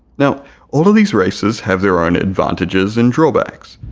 now all of these races have their own advantages and drawbacks,